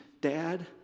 Dad